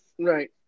right